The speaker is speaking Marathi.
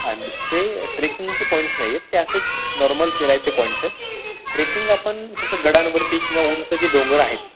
हा मग ते ट्रेकिंगचे पॉईंट्स नाही आहेत ते असेच नॉर्मल फिरायचे पॉईंट्स आहेत ट्रेकिंग आपण फक्त गडांवरती किंवा ऊनचं जे डोंगर आहेत